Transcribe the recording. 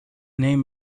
name